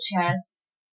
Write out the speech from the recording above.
chests-